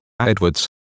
Edwards